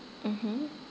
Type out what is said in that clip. mmhmm